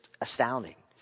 astounding